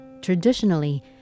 Traditionally